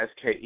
SKE